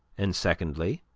and, secondly,